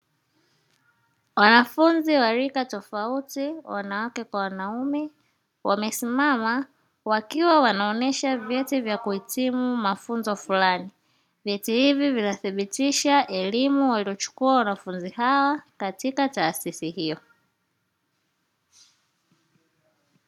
Wanafunzi wa rika tofauti wanawake kwa wanaume wamesimama wakiwa wanaonesha vyeti vya kuhitimu mafunzo fulani, vyeti hivi vinathibitisha elimu waliochukua wanafunzi hawa katika taasisi hiyo.